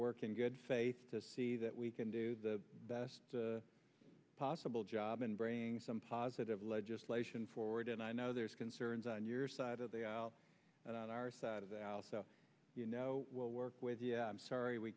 work in good faith to see that we can do the best possible job and bring some positive legislation forward and i know there's concerns on your side of the aisle and on our side of the aisle so you know will work with you i'm sorry we